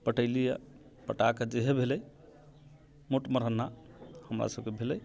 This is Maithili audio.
पटेली है पटाके जेहे भेलै मोट मरहन्ना हमरा सभके भेलै